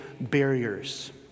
barriers